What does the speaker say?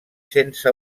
sense